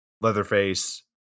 Leatherface